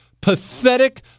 pathetic